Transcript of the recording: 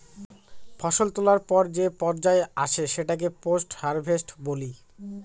ফসল তোলার পর যে পর্যায় আসে সেটাকে পোস্ট হারভেস্ট বলি